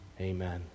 Amen